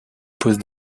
pose